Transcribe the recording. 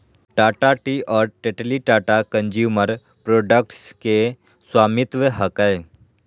Tata tea और Tetley Tata consumer products के स्वामित्व हकय